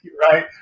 right